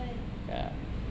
对